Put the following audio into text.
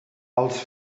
els